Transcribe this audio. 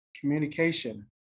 communication